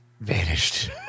vanished